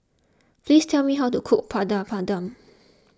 please tell me how to cook Padum Padum